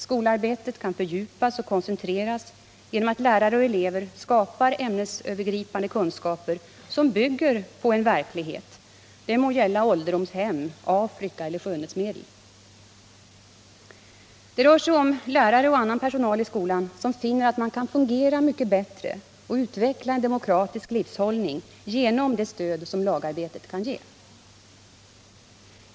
Skolarbetet kan fördjupas och koncentreras genom att lärare och elever skapar ämnesövergripande kunskaper som bygger på en verklighet; det må gälla ålderdomshem, Afrika eller skönhetsmedel. Det rör sig om lärare och annan personal i skolan som finner att man kan fungera mycket bättre och utveckla en demokratisk livsåskådning genom det stöd som lagarbetet kan ge.